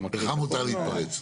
לך מותר להתפרץ.